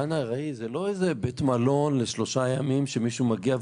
המתקן הארעי זה לא בית מלון לשלושה ימים שמישהו מגיע,